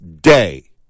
day